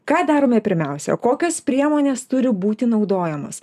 ką darome pirmiausia kokios priemonės turi būti naudojamos